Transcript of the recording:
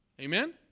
Amen